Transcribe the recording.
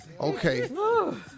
Okay